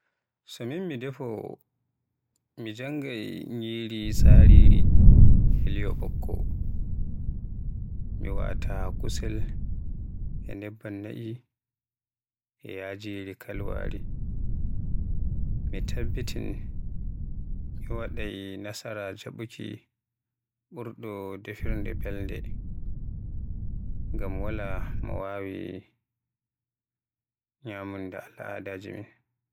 So min mi defaawo mi janngay nyiri tsariri e li'o ɓokko mi waata kusel e nebban na'e e yajiri kalwaari. Mi tabbitin mi wadday nasara jaaɓuki ɓurɗo defirde belnde, ngam wala mo wawi nyamde al'adaje min.